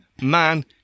Man